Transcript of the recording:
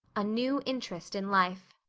a new interest in life